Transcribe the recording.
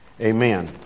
Amen